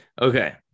Okay